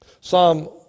Psalm